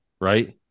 right